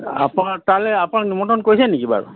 আপোনাক তালৈ আপোনাক নিমন্ত্ৰণ কৰিছে নেকি বাৰু